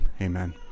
amen